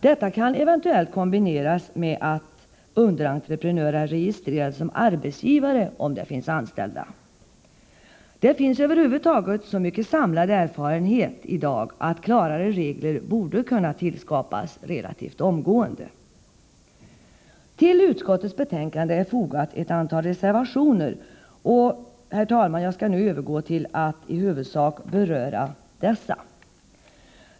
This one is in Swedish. Detta kan eventuellt kombineras med att underentreprenören är registrerad som arbetsgivare om det finns anställda. Det finns över huvud taget så mycket samlad erfarenhet i dag att klarare regler borde kunna tillskapas relativt omgående. Till utskottets betänkande är fogade ett antal reservationer, och jag skall nu, herr talman, övergå till att i huvudsak beröra dessa.